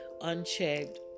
unchecked